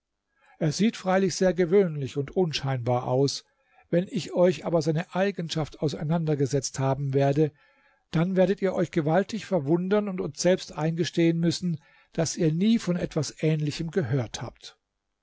er sieht freilich sehr gewöhnlich und unscheinbar aus wenn ich euch aber seine eigenschaft auseinandergesetzt haben werde dann werdet ihr euch gewaltig verwundern und selbst eingestehen müssen daß ihr nie von etwas ähnlichem gehört habt